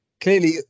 clearly